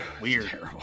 Weird